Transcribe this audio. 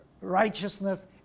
righteousness